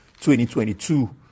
2022